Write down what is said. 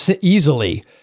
easily